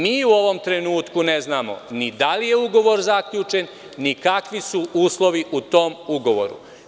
Mi, u ovom trenutku, ne znamo ni da li je ugovor zaključen, ni kakvi su uslovi u tom ugovoru.